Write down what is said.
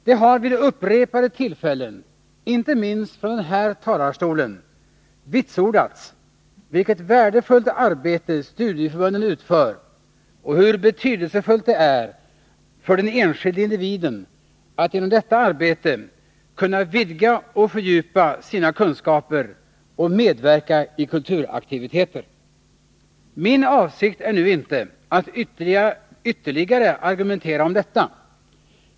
Det har vid upprepade tillfällen, inte minst från den här talarstolen, vitsordats vilket värdefullt arbete studieförbunden utför och hur betydelsefullt det är för den enskilde individen att genom detta arbete kunna vidga och fördjupa sina kunskaper och medverka i kulturaktiviteter. Min avsikt är nu inte att ytterligare argumentera om detta.